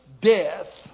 death